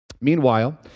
Meanwhile